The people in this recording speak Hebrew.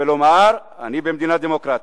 ולומר: אני במדינה דמוקרטית.